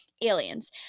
aliens